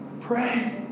Pray